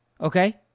Okay